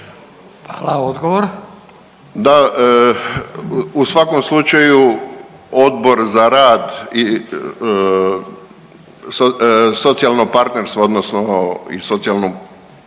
Silvano (HSU)** Da, u svakom slučaju, Odbor za rad i socijalno partnerstvo odnosno i socijalno